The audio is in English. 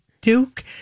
Duke